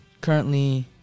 currently